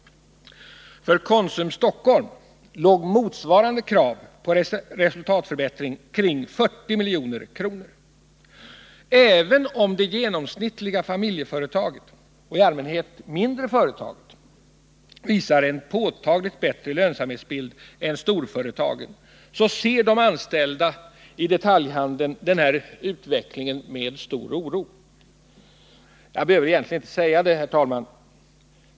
För Konsum Stockholm låg motsvarande krav på resultatförbättring kring 40 milj.kr. Även om det genomsnittliga familjeföretaget — i allmänhet det mindre företaget — visar en påtagligt bättre lönsamhetsbild än storföretaget, ser de anställda i detaljhandeln den här utvecklingen med stor oro. Jag behöver egentligen inte säga det, herr talman.